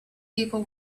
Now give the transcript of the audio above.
people